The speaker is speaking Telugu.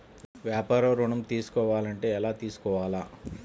వ్యాపార ఋణం తీసుకోవాలంటే ఎలా తీసుకోవాలా?